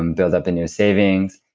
um build up a new savings,